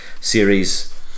series